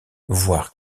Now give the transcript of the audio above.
voire